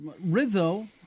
Rizzo